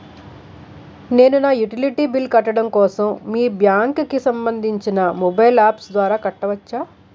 నేను నా utility bills కట్టడం కోసం మీ బ్యాంక్ కి సంబందించిన మొబైల్ అప్స్ ద్వారా కట్టవచ్చా?